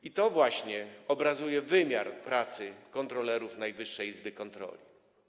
I to właśnie obrazuje wymiar pracy kontrolerów Najwyższej Izby Kontroli.